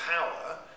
power